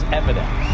evidence